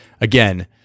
again